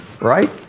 right